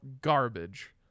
garbage